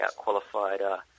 outqualified